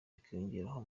hakiyongeraho